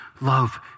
love